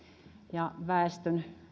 ja väestön